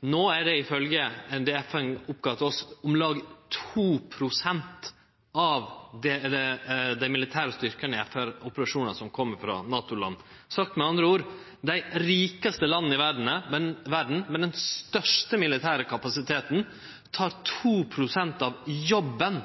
og no er det, ifølgje det FN opplyste oss om, om lag 2 pst. av dei militære styrkane i FN-operasjonane som kjem frå NATO-land. Sagt med andre ord: Dei rikaste landa i verda, med den største militære kapasiteten, tek 2 pst. av jobben